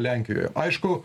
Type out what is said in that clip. lenkijoje aišku